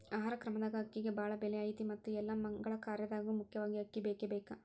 ಆಹಾರ ಕ್ರಮದಾಗ ಅಕ್ಕಿಗೆ ಬಾಳ ಬೆಲೆ ಐತಿ ಮತ್ತ ಎಲ್ಲಾ ಮಗಳ ಕಾರ್ಯದಾಗು ಮುಖ್ಯವಾಗಿ ಅಕ್ಕಿ ಬೇಕಬೇಕ